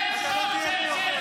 וזה לא יהיה להרבה זמן.